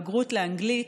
לבגרות לאנגלית,